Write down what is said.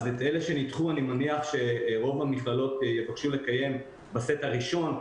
אז את אלה שנדחו אני מניח שרוב המכללות יבקשו לקיים בסט הראשון,